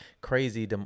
crazy